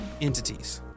entities